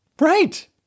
right